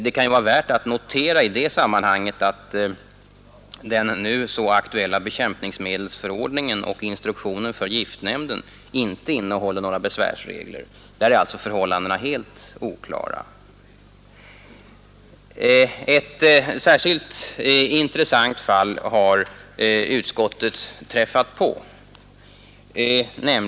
Det kan ju vara värt att notera i det sammahanget att den nu så aktuella bekämpningsmedelsförordningen och instruktionen för giftnämnden inte innehåller några besvärsregler. Där är alltså förhållandena helt oklara. Ett särskilt intressant fall har utskottet träffat på.